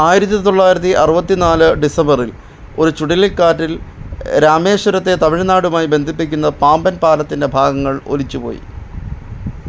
ആയിരത്തി തൊള്ളായിരത്തി അറുപത്തി നാല് ഡിസംബറിൽ ഒരു ചുഴലിക്കാറ്റിൽ രാമേശ്വരത്തെ തമിഴ്നാടുമായി ബന്ധിപ്പിക്കുന്ന പാമ്പൻ പാലത്തിൻ്റെ ഭാഗങ്ങൾ ഒലിച്ചുപോയി